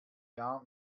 jahr